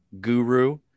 Guru